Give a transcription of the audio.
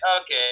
okay